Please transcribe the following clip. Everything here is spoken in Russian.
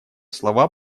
слова